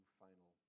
final